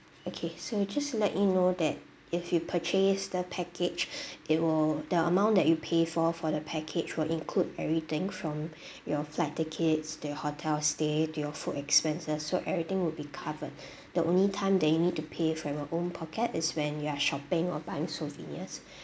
okay so just let you know that if you purchase the package it will the amount that you pay for for the package will include everything from your flight tickets to your hotel stay to your food expenses so everything will be covered the only time that you need to pay from your own pocket is when you are shopping or buying souvenirs